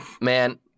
Man